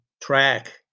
track